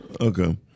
Okay